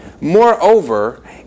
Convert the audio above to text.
Moreover